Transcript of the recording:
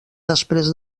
després